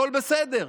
הכול בסדר,